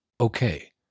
Okay